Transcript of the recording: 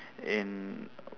in